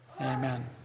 Amen